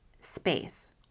space